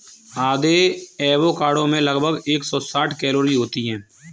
आधे एवोकाडो में लगभग एक सौ साठ कैलोरी होती है